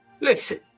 Listen